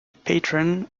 patron